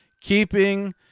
keeping